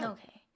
Okay